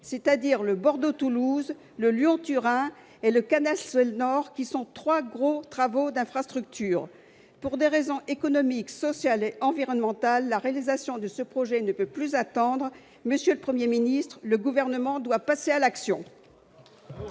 c'est-à-dire le Bordeaux-Toulouse, le Lyon-Turin et le canal Seine Nord qui sont trois gros travaux d'infrastructure ». Pour des raisons économiques, sociales et environnementales, la réalisation de ce projet ne peut plus attendre. Monsieur le Premier ministre, le Gouvernement doit passer à l'action.